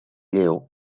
lleu